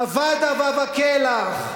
אבד עליו כלח.